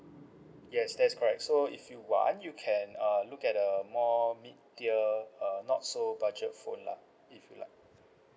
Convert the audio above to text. yes that's correct so if you want you can uh look at a more mid tier uh not so budget phone lah if you like